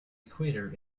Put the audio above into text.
equator